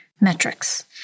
Metrics